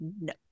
No